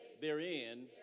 therein